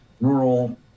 rural